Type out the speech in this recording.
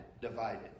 divided